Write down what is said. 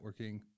networking